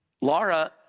Laura